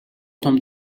том